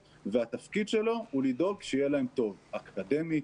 והתפקיד שלו הוא לדאוג שיהיה להם טוב אקדמית,